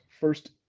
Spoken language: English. first